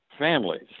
Families